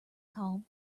calm